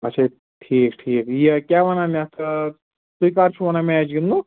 اَچھا ٹھیٖک ٹھیٖک یہِ کیٛاہ وَنان یَتھ یہِ تُہۍ کَر چھِو وَنان میچ گِنٛدنُک